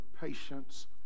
patience